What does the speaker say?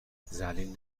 ذلیل